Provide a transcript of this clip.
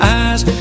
eyes